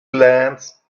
glance